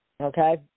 Okay